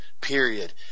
period